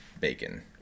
bacon